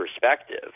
perspective